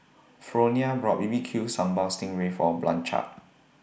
Fronia bought B B Q Sambal Sting Ray For Blanchard